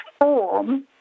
form